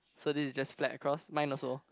so this is just spread across mine also